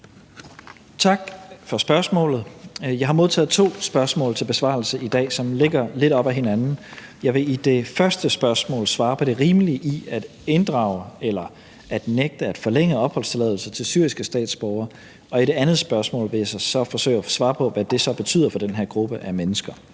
Tak for spørgsmålet. Jeg har modtaget to spørgsmål til besvarelse i dag, som ligger lidt op ad hinanden. Jeg vil i det første spørgsmål svare på det rimelige i at inddrage eller nægte at forlænge opholdstilladelse til syriske statsborgere, og i det andet spørgsmål vil jeg så forsøge at svare på, hvad det så betyder for den her gruppe mennesker.